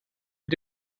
mit